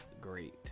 great